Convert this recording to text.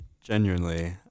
genuinely